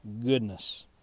goodness